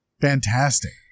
Fantastic